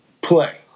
play